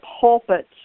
pulpit